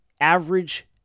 average